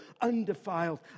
undefiled